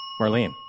Marlene